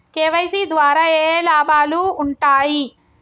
KYC ద్వారా ఏఏ లాభాలు ఉంటాయి?